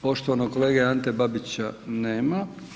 Poštovanog kolege Ante Babića nema.